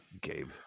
Gabe